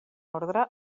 ordre